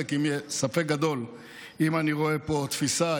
ספק גדול אם אני רואה פה תפיסה,